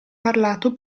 parlato